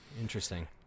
Interesting